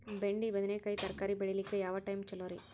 ಬೆಂಡಿ ಬದನೆಕಾಯಿ ತರಕಾರಿ ಬೇಳಿಲಿಕ್ಕೆ ಯಾವ ಟೈಮ್ ಚಲೋರಿ?